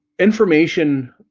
information